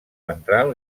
ventral